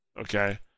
Okay